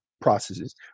processes